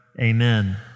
Amen